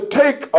take